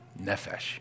nefesh